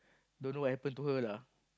don't know what happened to her lah